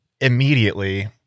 immediately